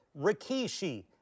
Rikishi